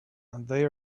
they